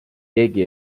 keegi